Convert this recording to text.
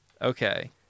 Okay